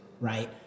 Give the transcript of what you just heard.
right